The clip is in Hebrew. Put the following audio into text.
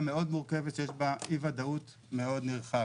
מאוד מורכבת שיש בה אי ודאות מאוד נרחב.